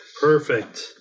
Perfect